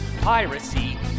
piracy